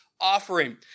offering